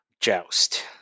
Joust